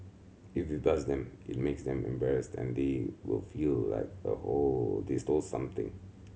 if you buzz them it makes them embarrassed and they will feel like a stole something